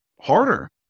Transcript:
harder